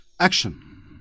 action